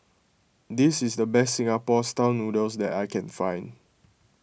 this is the best Singapore Style Noodles that I can find